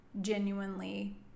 genuinely